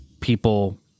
people